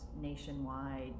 nationwide